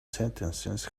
sentences